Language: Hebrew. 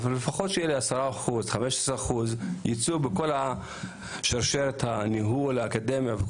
אבל לפחות שיהיו 10% או 15% ייצוג בכל שרשרת הניהול באקדמיה.